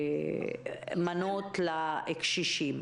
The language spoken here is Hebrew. חולקו מנות לקשישים.